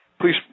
Please